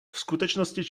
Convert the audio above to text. skutečnosti